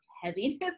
heaviness